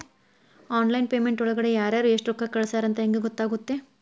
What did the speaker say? Online payment ಒಳಗಡೆ ಯಾರ್ಯಾರು ಎಷ್ಟು ರೊಕ್ಕ ಕಳಿಸ್ಯಾರ ಅಂತ ಹೆಂಗ್ ಗೊತ್ತಾಗುತ್ತೆ?